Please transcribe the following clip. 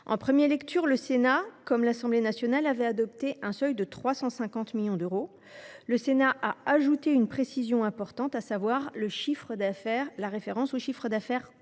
En première lecture, le Sénat comme l’Assemblée nationale avaient fixé un seuil à 350 millions d’euros. Le Sénat a ajouté une précision d’importance, à savoir la référence au chiffre d’affaires consolidé,